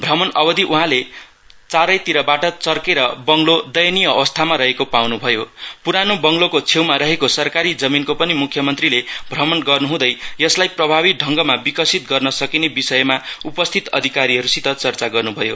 भ्रमण अवधि उहाँले चारैतिरबाट चरकेर बङ्गलो दयनिय अवस्थामा रहेको पाउनुभयो पुरानो बङ्गलोको छेउमा रहेको सरकारी जमीनको पनि मुख्यमन्त्रीले भ्रमण गर्नुहुँदै यसलाई प्रभावित ढङ्गमा विकसित गर्न सकिने विषय मा उपस्थित अधिकारीहरूसित चर्चा गर्नुभयो